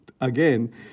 again